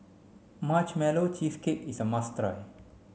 marshmallow cheesecake is a must try